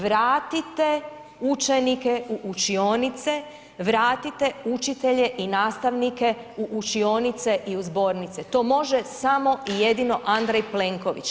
Vratite učenike u učionice, vratite učitelje i nastavnike u učionice i zbornice, to može samo i jedno Andrej Plenković.